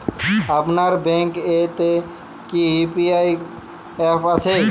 আপনার ব্যাঙ্ক এ তে কি ইউ.পি.আই অ্যাপ আছে?